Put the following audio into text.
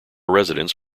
residents